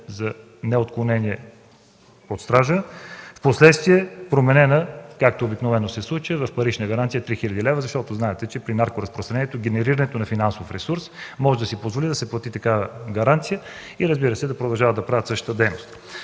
за неотклонение „задържане под стража”. Впоследствие променена, както обикновено се случва, в парична гаранция 3 хил. лв., защото знаете, че при наркоразпространението генерирането на финансов ресурс може да позволи да се плати такава гаранция и, разбира се, да продължават да извършват същата дейност.